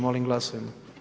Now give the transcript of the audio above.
Molim glasujmo.